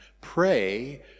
Pray